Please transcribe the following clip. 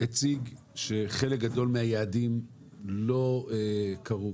הציג שחלק גדול מהיעדים לא קרה.